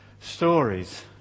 stories